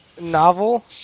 novel